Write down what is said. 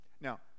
Now